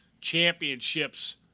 championships –